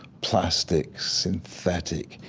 plastic, synthetic,